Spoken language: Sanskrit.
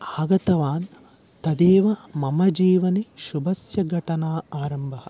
आगतवान् तदेव मम जीवने शुभघटनायाः आरम्भः